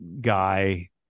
guy